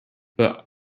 but